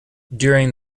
during